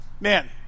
Man